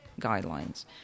guidelines